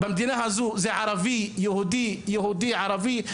במדינה הזו זה ערבי-יהודי, יהודי-ערבי.